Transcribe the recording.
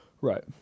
right